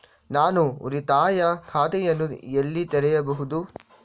ನಾನು ಉಳಿತಾಯ ಖಾತೆಯನ್ನು ಎಲ್ಲಿ ತೆರೆಯಬಹುದು?